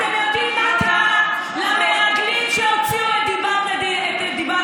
אתם יודעים מה קרה למרגלים שהוציאו את דיבת הארץ.